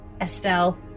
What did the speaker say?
Estelle